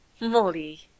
Molly